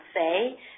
say